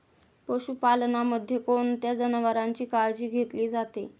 पशुपालनामध्ये कोणत्या जनावरांची काळजी घेतली जाते?